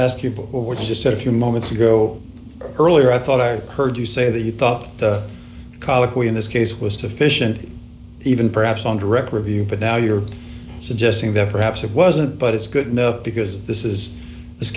were just a few moments ago earlier i thought i heard you say that you thought the colloquy in this case was deficient even perhaps on direct review but now you're suggesting that perhaps it wasn't but it's good enough because this is this